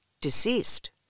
Deceased